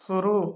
शुरू